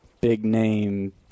big-name